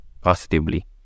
positively